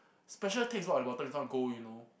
special takes the bottom become gold you know